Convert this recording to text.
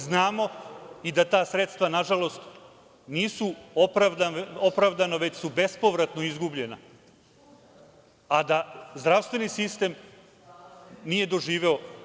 Znamo i da ta sredstva, nažalost, nisu opravdana već su bespovratno izgubljena, a da zdravstveni sistem nije doživeo…